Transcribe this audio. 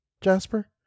jasper